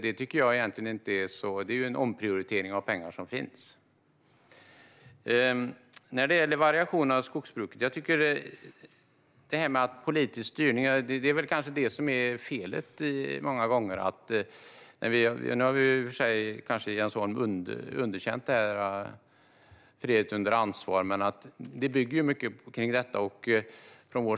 Det handlar om en omprioritering av pengar som finns. Angående variationer i skogsbruket är felet många gånger politisk styrning. Jens Holm kanske underkänner frihet under ansvar, men för oss bygger mycket på det.